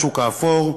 השוק האפור,